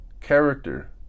character